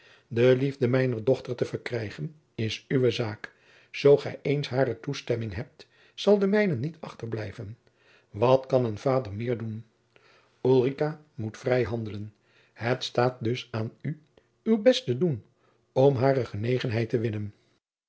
de liefde mijner dochter te verkrijgen is uwe zaak zoo gij eens hare toestemming hebt zal de mijne niet achterblijven wat kan een vader meer doen ulrica moet vrij handelen het staat dus aan u uw best te doen om hare genegenheid te winnen